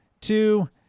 Two